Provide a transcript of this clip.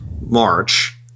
March